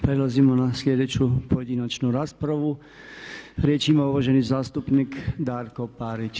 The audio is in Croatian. Prelazimo na sljedeću pojedinačnu raspravu, riječ ima uvaženi zastupnik Darko Parić.